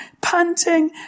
panting